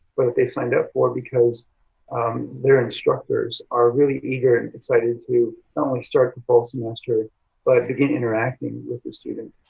but that they signed up for, because their instructors are really eager and excited to not only start the fall semester but begin interacting with the students.